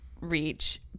reach